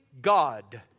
God